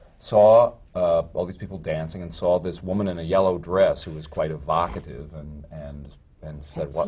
saw all these people dancing, and saw this woman in a yellow dress who was quite evocative and and and